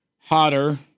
hotter